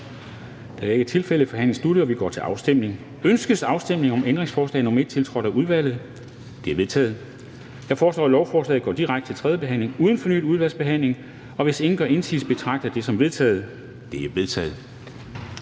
10:25 Afstemning Formanden (Henrik Dam Kristensen): Ønskes afstemning om ændringsforslag nr. 1, tiltrådt af udvalget? Det er vedtaget. Jeg foreslår, at lovforslaget går direkte til tredje behandling uden fornyet udvalgsbehandling. Hvis ingen gør indsigelse, betragter jeg det som vedtaget. Det er vedtaget.